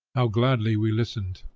how gladly we listened!